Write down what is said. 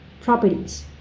properties